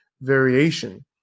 variation